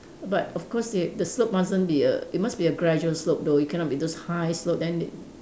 but of course they the slope mustn't be a it must be a gradual slope though it cannot be those high slope then it